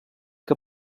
que